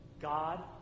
God